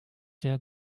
sehr